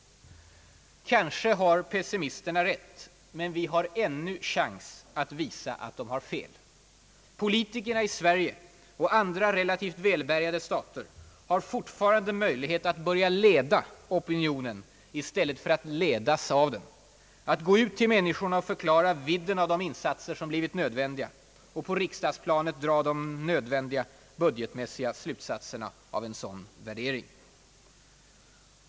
Kanske har pessimisterna rätt, men vi har ännu chans att visa att de har fel. Politikerna i Sverige och andra relativt välbärgade stater har fortfarande möjligheter att börja leda opinionen i stället för att ledas av den, att gå ut till människorna för att förklara vidden av de insatser som blivit nödvändiga och på riksdagsplanet dra de budgetmässiga slutsatserna av en sådan värdering.